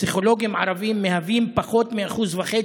פסיכולוגים ערבים הם פחות מ-1.5%